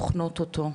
בוחנות אותו.